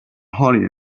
honey